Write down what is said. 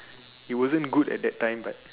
it wasn't good at that time but